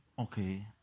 okay